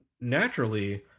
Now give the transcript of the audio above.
naturally